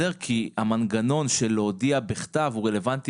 כי המנגנון של להודיע בכתב הוא רלוונטי